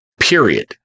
Period